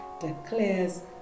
declares